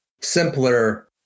simpler